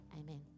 Amen